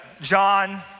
John